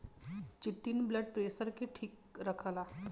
chitin blood pressure के ठीक रखला